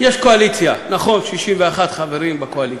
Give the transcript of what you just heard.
יש קואליציה, נכון, 61 חברים בקואליציה,